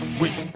wait